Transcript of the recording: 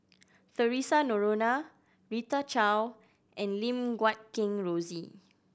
Theresa Noronha Rita Chao and Lim Guat Kheng Rosie